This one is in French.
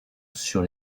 sur